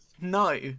No